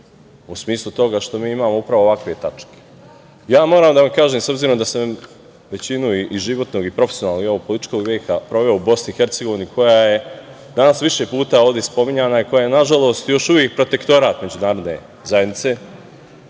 u smislu toga što mi imamo upravo ovakve tačke. Moram da vam kažem, s obzirom da sam većinu i životnog i profesionalnog i ovog političkog veka proveo u BiH, koja je danas više puta ovde spominjana i koja je, nažalost, još uvek protektorat međunarodne zajednice,